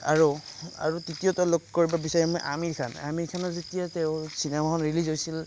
আৰু আৰু তৃতীয়তে লগ কৰিব বিচাৰিম আমিৰ খান আমিৰ খানৰ যেতিয়া তেওঁৰ চিনেমাখন ৰিলিজ হৈছিল